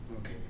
Okay